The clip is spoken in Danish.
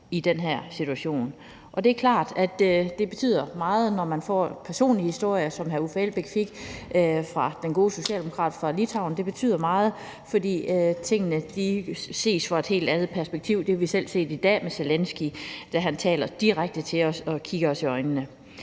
i den her situation, og det er klart, at det betyder meget, når man får en personlig historie, som hr. Uffe Elbæk fik fra den gode socialdemokrat fra Litauen, fordi tingene ses fra et helt andet perspektiv. Det har vi også selv kunnet se i dag med Zelenskyj, da han talte direkte til os og kiggede os i øjnene.